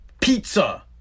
pizza